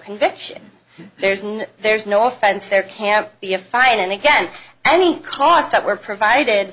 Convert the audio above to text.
conviction there's and there's no offense there can be a fine and again any costs that were provided